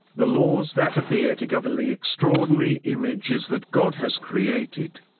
the laws that appear to govern the extraordinary images that god has created.